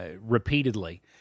repeatedly